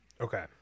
Okay